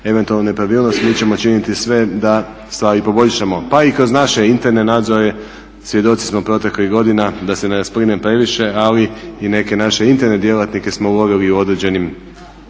eventualne nepravilnosti. Mi ćemo učiniti sve da stvari poboljšamo. Pa i kroz naše interne nadzore svjedoci smo proteklih godina da se ne …/Govornik se ne razumije./… ali i neke naše interne djelatnike smo ulovili u određenim